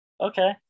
Okay